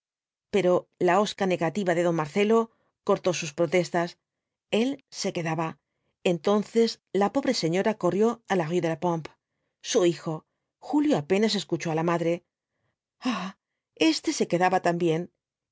pero ia hosca negativa de don marcelo cortó sus protestas el se quedaba entonces la pobre señora corrió á la rué de la pompe su hijo julio apenas escuchó á la madre ay éste se quedaba también